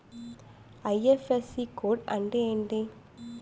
IFSC code అంటే ఏంటి?